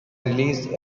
released